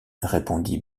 répondit